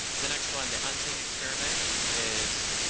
the next one. the unthing experiment is,